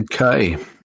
Okay